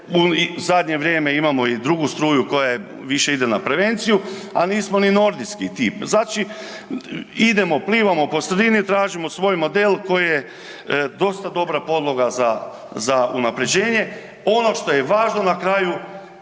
u zadnje vrijeme imamo i drugu struju, koja više ide na prevenciju, a nismo ni nordijski tip. Znači idemo, plivamo po sredini, tražimo svoj model koji je dosta dobra podloga za unaprjeđenje. Ono što je važno na kraju,